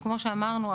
וכמו שאמרנו,